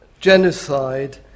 genocide